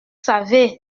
savez